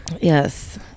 yes